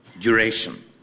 duration